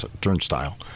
turnstile